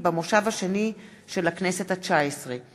התשע"ד 2013,